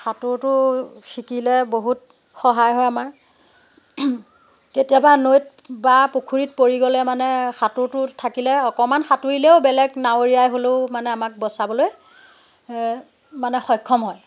সাঁতোৰটো শিকিলে বহুত সহায় হয় আমাৰ কেতিয়াবা নৈত বা পুখুৰীত পৰি গ'লে মানে সাঁতোৰটো থাকিলে অকণমান সাঁতোৰিলেও বেলেগ নাৱৰীয়াই হ'লেও মানে আমাক বচাবলৈ মানে সক্ষম হয়